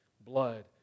blood